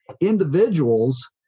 individuals